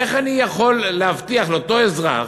איך אני יכול להבטיח לאותו אזרח,